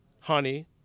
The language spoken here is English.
honey